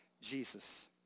Jesus